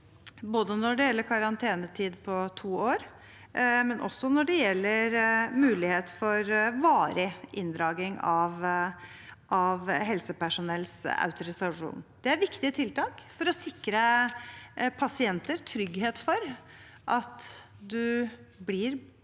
både når det gjelder karantenetid på to år, og også når det gjelder mulighet for varig inndragning av helsepersonells autorisasjon. Det er viktige tiltak for å sikre pasienter trygghet for å bli